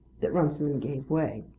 that runciman gave way.